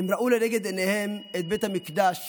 הם ראו לנגד עיניהם את בית המקדש